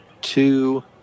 two